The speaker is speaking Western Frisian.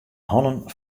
hannen